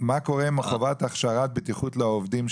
מה קורה עם חובת הכשרת בטיחות לעובדים,